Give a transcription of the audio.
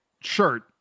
shirt